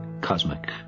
cosmic